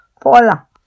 Pola